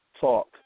Talk